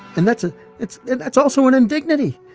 and that's a it's and that's also an indignity.